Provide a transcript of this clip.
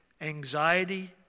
anxiety